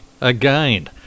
Again